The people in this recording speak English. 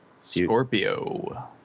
Scorpio